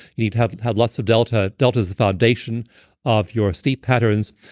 you need to have have lots of delta. delta's the foundation of your sleep patterns.